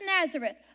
Nazareth